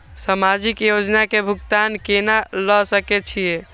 समाजिक योजना के भुगतान केना ल सके छिऐ?